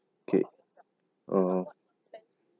K uh